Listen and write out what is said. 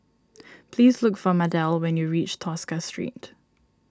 please look for Mardell when you reach Tosca Street